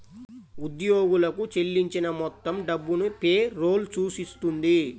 ఉద్యోగులకు చెల్లించిన మొత్తం డబ్బును పే రోల్ సూచిస్తుంది